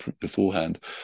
beforehand